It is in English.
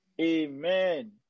Amen